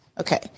Okay